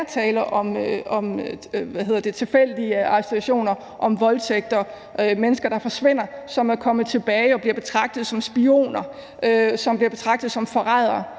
er tale om tilfældige arrestationer, om voldtægter, om mennesker, der forsvinder, mennesker, som er kommet tilbage og bliver betragtet som spioner, som forrædere.